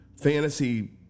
fantasy